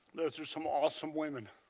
those are some awesome women.